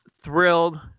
thrilled